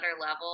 level